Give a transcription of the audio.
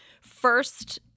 first